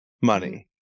money